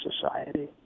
society